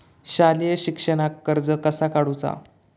शालेय शिक्षणाक कर्ज कसा काढूचा?